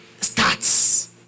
starts